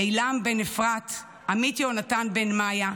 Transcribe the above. עילם בן אפרת, עמית יהונתן בן מאיה,